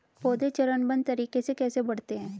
पौधे चरणबद्ध तरीके से कैसे बढ़ते हैं?